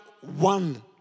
one